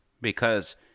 because-